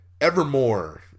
Evermore